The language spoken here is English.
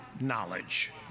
knowledge